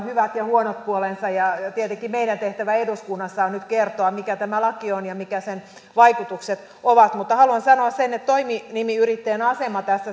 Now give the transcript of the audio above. hyvät ja huonot puolensa ja tietenkin meidän tehtävämme eduskunnassa on nyt kertoa mikä tämä laki on ja mitkä sen vaikutukset ovat haluan sanoa sen että toiminimiyrittäjän asema